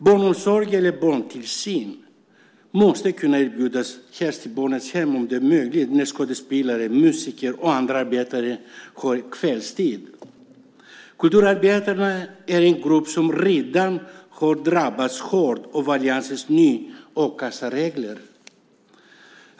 Barnomsorg eller barntillsyn måste kunna erbjudas helst i barnets hem om det är möjligt när skådespelare, musiker och andra arbetar kvällstid. Kulturarbetarna är en grupp som redan har drabbats hårt av alliansens nya a-kasseregler.